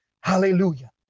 Hallelujah